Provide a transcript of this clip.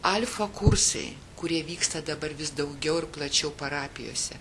alfa kursai kurie vyksta dabar vis daugiau ir plačiau parapijose